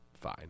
fine